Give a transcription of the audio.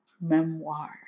Memoir